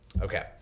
Okay